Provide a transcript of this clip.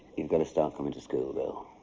you've got to start coming to school, bill.